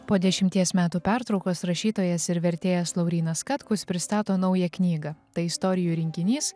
po dešimties metų pertraukos rašytojas ir vertėjas laurynas katkus pristato naują knygą tai istorijų rinkinys